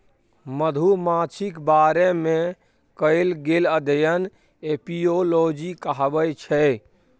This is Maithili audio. मधुमाछीक बारे मे कएल गेल अध्ययन एपियोलाँजी कहाबै छै